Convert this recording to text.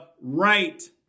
right